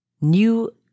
New